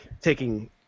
taking